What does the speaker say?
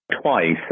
Twice